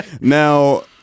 Now